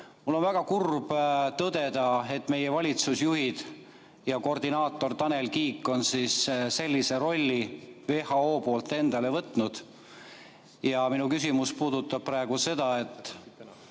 Mul on väga kurb tõdeda, et meie valitsusjuhid ja koordinaator Tanel Kiik on sellise rolli WHO‑lt endale võtnud. Minu küsimus puudutab praegu seda, et